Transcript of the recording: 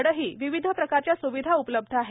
कडेही विविध प्रकारच्या सुविधा उपलब्ध आहेत